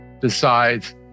decides